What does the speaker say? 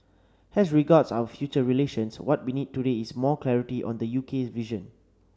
as regards our future relations what we need today is more clarity on the UK's vision